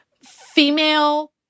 female